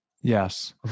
Yes